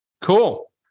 Cool